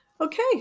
okay